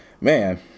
Man